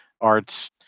arts